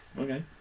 okay